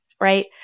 right